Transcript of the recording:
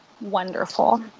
wonderful